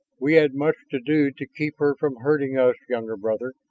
we had much to do to keep her from hurting us, younger brother.